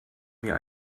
mir